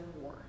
war